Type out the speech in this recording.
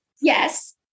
Yes